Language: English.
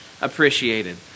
appreciated